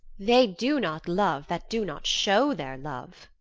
they do not love that do not show their love.